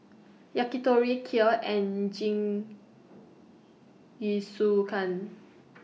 Yakitori Kheer and Jingisukan